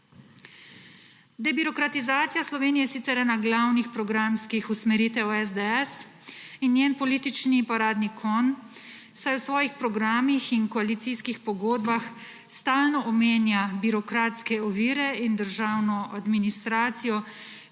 Debirokratizacija v Sloveniji je sicer ena glavnih programskih usmeritev SDS in njen politični paradni konj, saj v svojih programih in koalicijskih pogodbah stalno omenja birokratske ovire in državno administracijo,